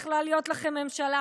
הייתה יכולה להיות לכם ממשלה,